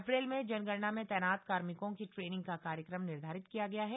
अप्रैल में जनगणना में तैनात कार्मिकों की ट्रेनिंग का कार्यक्रम निर्धारित किया गया है